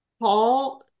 Paul